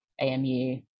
AMU